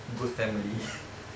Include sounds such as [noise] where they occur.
good family [laughs]